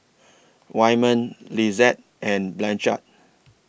Wyman Lisette and Blanchard